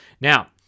Now